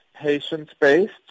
patient-based